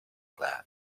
club